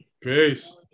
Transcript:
Peace